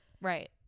Right